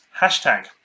hashtag